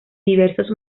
diversos